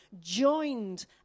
joined